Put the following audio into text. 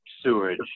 sewage